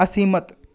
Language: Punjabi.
ਅਸਹਿਮਤ